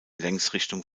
längsrichtung